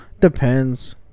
depends